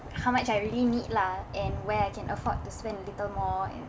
how much I really need lah and where I can afford to spend a little more and